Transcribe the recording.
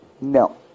No